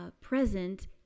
present